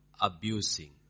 abusing